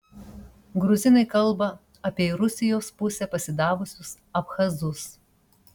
gruzinai kalba apie į rusijos pusę pasidavusius abchazus